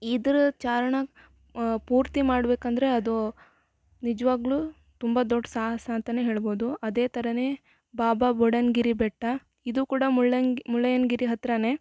ಇದ್ರ ಚಾರಣ ಪೂರ್ತಿ ಮಾಡ್ಬೇಕಂದರೆ ಅದು ನಿಜ್ವಾಗಲೂ ತುಂಬಾ ದೊಡ್ಡ ಸಾಹಸ ಅಂತನೇ ಹೇಳ್ಬೋದು ಅದೇ ಥರನೇ ಬಾಬಾ ಬುಡನ್ ಗಿರಿ ಬೆಟ್ಟ ಇದು ಕೂಡ ಮುಳ್ಳಯ್ಯನ್ಗಿರಿ ಹತ್ರನೆ